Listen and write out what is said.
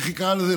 איך היא קראה לזה,